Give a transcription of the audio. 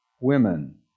women